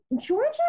Georgia